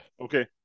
Okay